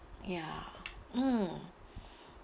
ya mm